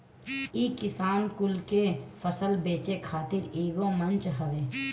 इ किसान कुल के फसल बेचे खातिर एगो मंच हवे